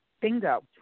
bingo